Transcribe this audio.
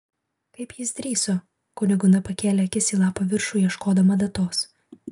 kaip jis drįso kunigunda pakėlė akis į lapo viršų ieškodama datos